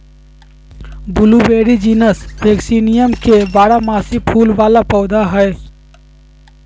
blueberry genus Vaccinium के बारहमासी फूल वला पौधा हइ